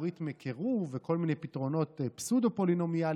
אלגוריתמי קירוב וכל מיני פתרונות פסאודו-פולינומיאליים